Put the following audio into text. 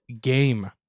game